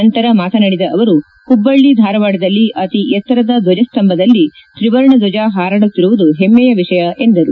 ನಂತರ ಮಾತನಾಡಿದ ಅವರು ಹುಬ್ಬಳ್ಳಿ ಧಾರವಾಡದಲ್ಲಿ ಅತಿ ಎತ್ತರದ ದ್ವಜಸ್ತಂಭದಲ್ಲಿ ತ್ರಿವರ್ಣ ದ್ವಜ ಹಾರಾಡುತ್ತಿರುವುದು ಹೆಮ್ಮೆಯ ವಿಷಯ ಎಂದರು